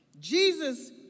Jesus